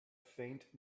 faint